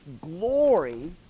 glory